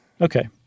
Okay